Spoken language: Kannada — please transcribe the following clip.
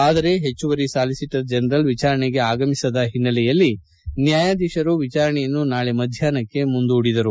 ಆದರೆಹೆಚ್ಚುವರಿ ಸಾಲಿಸಿಟರಿ ಜನರಲ್ ವಿಚಾರಣೆಗೆ ಆಗಮಿಸದ ಹಿನ್ನೆಲೆಯಲ್ಲಿ ನ್ಯಾಯಾಧೀಶರು ವಿಚಾರಣೆಯನ್ನು ನಾಳೆ ಮಧ್ಯಾಷ್ಟಕ್ಕ ಮುಂದೂಡಿದರು